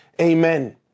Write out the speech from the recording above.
Amen